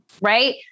Right